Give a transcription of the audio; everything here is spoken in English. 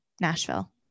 Nashville